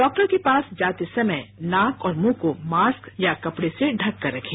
doctor के पास जाते समय नाक और मुंह को मास्क या कपड़े से ढक कर रखें